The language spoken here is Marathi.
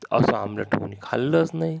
असं आम्लेट तर म्हणे खाल्लंच नाही